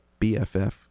BFF